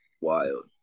wild